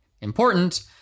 important—